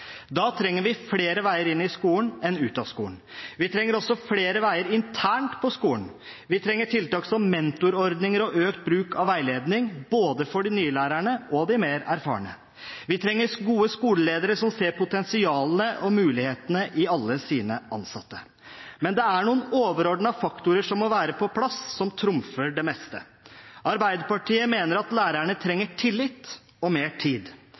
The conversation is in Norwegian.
Da trenger vi flere veier inn i skolen enn ut av skolen. Vi trenger også flere veier internt på skolen. Vi trenger tiltak som mentorordninger og økt bruk av veiledning, både for de nye lærerne og for de mer erfarne. Vi trenger gode skoleledere som ser potensialene og mulighetene i alle sine ansatte. Men det er noen overordnede faktorer som må være på plass, som trumfer det meste. Arbeiderpartiet mener at lærerne trenger tillit og mer tid.